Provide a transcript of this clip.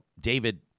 David